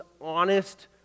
honest